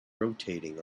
rotating